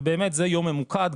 באמת זה יום ממוקד,